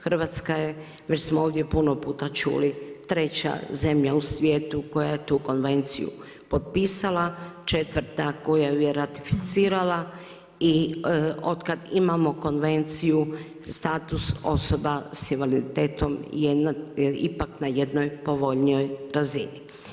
Hrvatska je već smo ovdje puno puta čuli, treća zemlja u svijetu koja je tu konvenciju potpisala, četvrta koja ju je ratificirala i otkad imamo konvenciju, status osoba sa invaliditetom je ipak na jednoj povoljnijoj razini.